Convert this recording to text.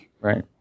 Right